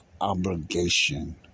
obligation